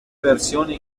versione